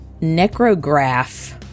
necrograph